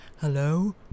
Hello